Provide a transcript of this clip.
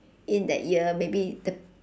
in that year maybe the